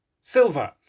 Silver